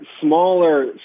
smaller